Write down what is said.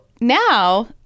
now